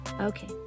Okay